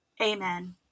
Amen